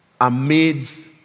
amidst